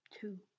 two